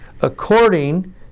according